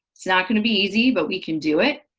it's not going to be easy, but we can do it.